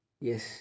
yes